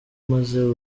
maze